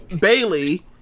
Bailey